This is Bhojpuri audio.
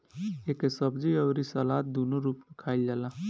एके सब्जी अउरी सलाद दूनो रूप में खाईल जाला